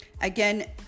again